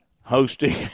Hosting